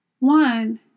One